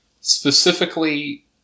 specifically